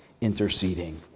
interceding